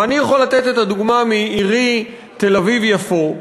ואני יכול להביא את הדוגמה מעירי, תל-אביב יפו,